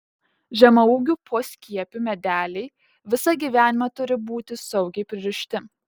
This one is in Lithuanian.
žemaūgių poskiepių medeliai visą gyvenimą turi būti saugiai pririšti